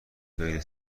خیلی